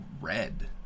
red